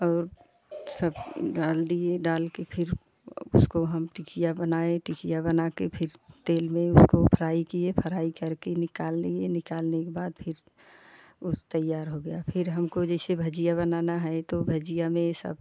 और सब डाल दिए डाल के फिर उसको हम टिकिया बनाए टिकिया बनाके फिर तेल में उसको फ्राई किये फ्राई करके निकाल लिए निकालने के बाद फिर वो तैयार हो गया फिर हमको जैसे भजियाँ बनाना है तो भजियाँ में सब